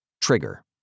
Trigger